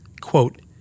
Quote